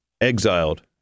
exiled